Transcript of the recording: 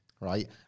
right